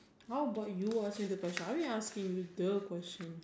how bout you ask me the question I'm already asking you the questions